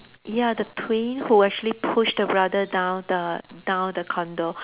ya the twin who actually pushed the brother down the down the condo